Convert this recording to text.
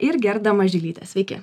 ir gerda mažylytė sveiki